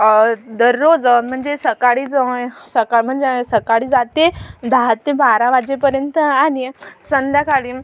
दररोज म्हणजे सकाळी ज सकाळ म्हणजे सकाळी जाते दहा ते बारा वाजेपर्यंत आणि संध्याकाळी